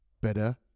better